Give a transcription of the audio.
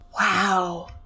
Wow